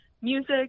music